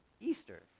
Easter